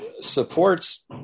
supports